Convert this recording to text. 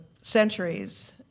centuries